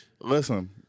Listen